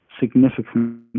significant